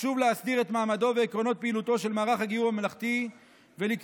חשוב להסדיר את מעמדו של מערך הגיור הממלכתי ועקרונות פעילותו,